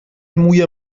موی